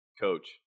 Coach